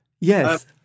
Yes